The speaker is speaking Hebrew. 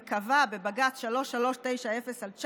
וקבע בבג"ץ 3390/19,